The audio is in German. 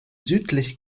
südlich